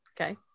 Okay